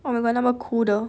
oh my god 那么 cool 的